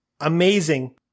Amazing